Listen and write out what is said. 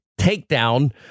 takedown